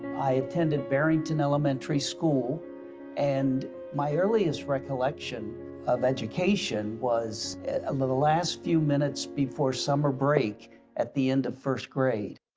i attended barrington elementary school and my earliest recollection of education was, um the last few minutes before summer break at the end of first grade,